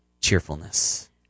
cheerfulness